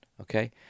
okay